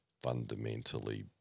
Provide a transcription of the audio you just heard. fundamentally